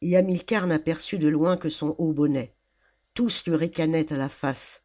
i jp loin que son haut bonnet tous lui ricanaient à la face